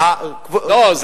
לא.